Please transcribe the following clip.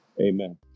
Amen